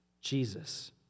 jesus